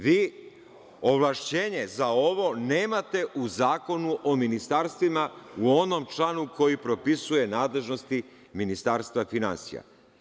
Vi ovlašćenje za ovo nemate u Zakonu o ministarstvima u onom članu koji propisuje nadležnosti Ministarstva finansija.